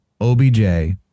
OBJ